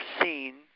seen